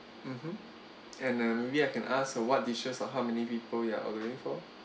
mmhmm and uh maybe I can ask what dishes or how many people you are ordering for